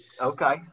Okay